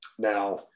Now